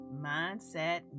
mindset